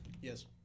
Yes